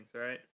right